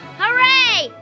Hooray